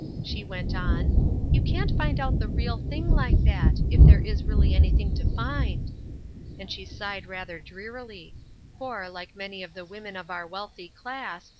she went on you can't find out the real thing like that if there is really anything to find and she sighed rather drearily for, like many of the women of our wealthy class,